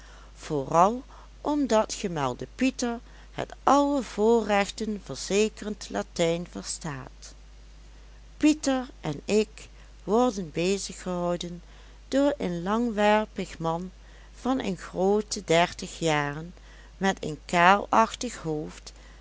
vooral omdat gemelde pieter het alle voorrechten verzekerend latijn verstaat pieter en ik worden beziggehouden door een langwerpig man van een groote dertig jaren met een kaalachtig hoofd